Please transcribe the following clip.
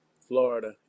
Florida